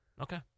Okay